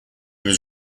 was